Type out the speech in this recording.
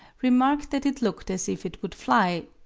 remarked that it looked as if it would fly,